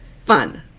Fun